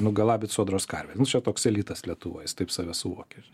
nugalabyt sodros karvę nu čia toks elitas lietuvoj jis taip save suvokia